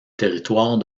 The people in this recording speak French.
territoire